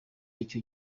icyo